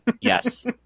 Yes